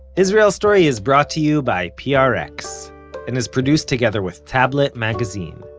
israel story is brought to you by prx, and is produced together with tablet magazine.